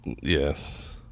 Yes